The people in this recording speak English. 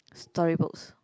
story books